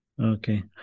okay